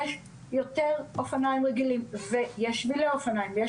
יש יותר אופניים רגילים ויש שבילי אופניים ויש